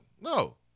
no